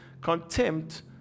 contempt